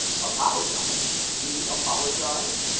apologize! me apologize!